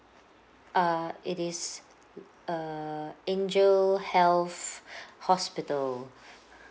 err it is err angel health hospital